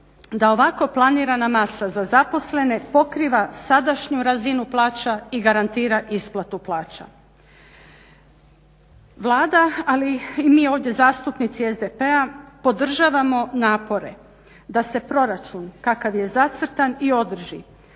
da ovako planirana masa za zaposlene pokriva sadašnju razinu plaća i garantira isplatu plaća. Vlada ali i mi ovdje zastupnici SDP-a podržavamo napore da se proračun kakav je zacrtan i održi,